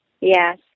Yes